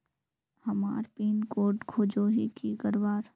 हमार pin code खोजोही की करवार?